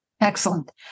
Excellent